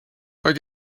but